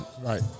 Right